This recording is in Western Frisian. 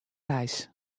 reis